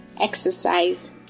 Exercise